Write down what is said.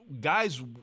Guys